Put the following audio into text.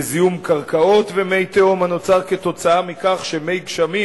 לזיהום קרקעות ומי תהום הנוצר כתוצאה מכך שמי גשמים